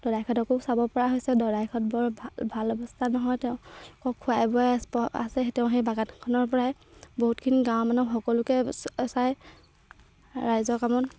দদায়েকহঁতকো চাব পৰা হৈছে দদায়েকহঁত বৰ ভাল ভাল অৱস্থা নহয় তেওঁ খুৱাই বোৱাই আছে তেওঁ সেই বাগানখনৰ পৰাই বহুতখিনি গাঁৱৰ মানুহ সকলোকে চায় ৰাইজৰ কামত